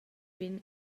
vegn